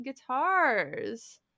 Guitars